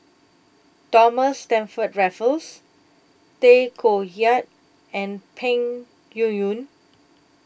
Thomas Stamford Raffles Tay Koh Yat and Peng Yuyun